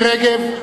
רגב,